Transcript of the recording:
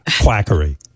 quackery